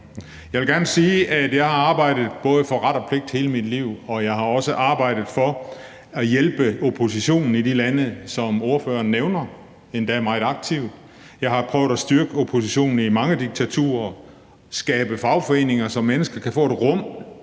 Jeg vil gerne sige, at jeg har arbejdet for både ret og pligt hele mit liv, og jeg har også arbejdet for at hjælpe oppositionen i de lande, som ordføreren nævner, endda meget aktivt. Jeg har prøvet at styrke oppositionen i mange diktaturer, skabe fagforeninger, så mennesker kan få rum